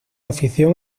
afición